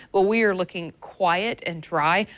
we're we're looking quiet and dry.